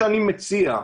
אני מציע,